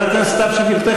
חברת הכנסת סתיו שפיר,